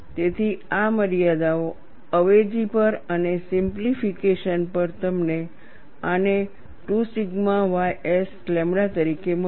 તેથી આ મર્યાદાઓના અવેજી પર અને સિમ્પલિફિકેશન પર તમને આને 2 સિગ્મા ys લેમ્બડા તરીકે મળશે